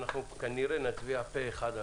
כנראה נצביע על זה פה אחד...